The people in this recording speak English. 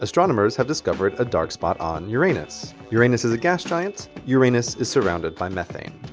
astronomers have discoverd a dark spot on uranus. uranus is a gas giant. uranus is surrounded by methane.